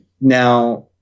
Now